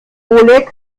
oleg